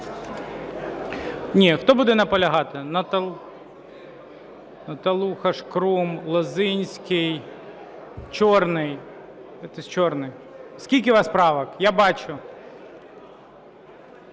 Ні, хто буде наполягати? Наталуха, Шкрум, Лозинський, Чорний. Чорний, скільки у вас правок? Я бачу.